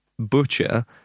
Butcher